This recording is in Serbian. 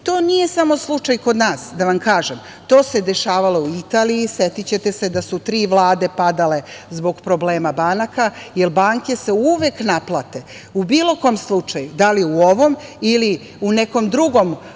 nije samo slučaj kod nas, da vam kažem. To se dešavalo i u Italiji. Setićete se da su tri vlade padale zbog problema banaka, jer banke se uvek naplate.U bilo kom slučaju, da li u ovom ili u nekom drugom potezanju